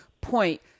point